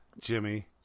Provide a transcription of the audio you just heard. Jimmy